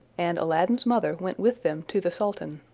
and aladdin's mother went with them to the sultan.